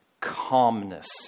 calmness